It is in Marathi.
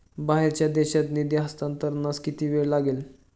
बाहेरच्या देशात निधी हस्तांतरणास किती वेळ लागेल?